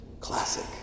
Classic